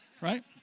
Right